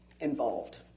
involved